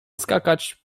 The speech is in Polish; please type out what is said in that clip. skakać